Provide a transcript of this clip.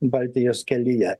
baltijos kelyje